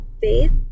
faith